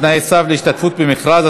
תנאי סף להשתתפות במכרז),